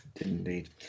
indeed